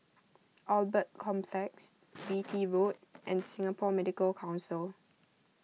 Albert Complex Beatty Road and Singapore Medical Council